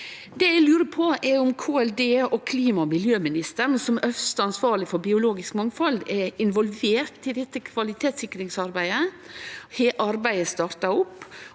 Det eg lurer på, er om KLD og klima- og miljøministeren som øvste ansvarlege for biologisk mangfald, er involverte i dette kvalitetssikringsarbeidet. Har arbeidet starta opp,